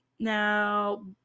now